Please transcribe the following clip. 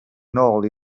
nôl